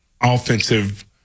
offensive